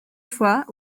fois